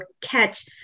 catch